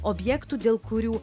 objektų dėl kurių